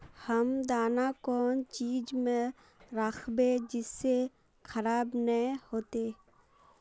हम दाना कौन चीज में राखबे जिससे खराब नय होते?